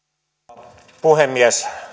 arvoisa rouva puhemies